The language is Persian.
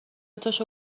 تاشو